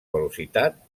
velocitat